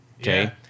okay